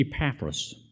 Epaphras